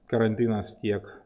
karantinas tiek